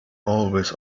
always